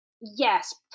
yes